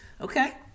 Okay